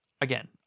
again